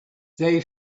they